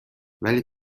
ولی